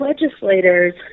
legislators